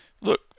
look